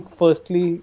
firstly